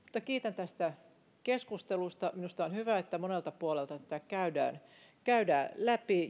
kiitän tästä keskustelusta minusta on hyvä että monelta puolelta tätä käydään läpi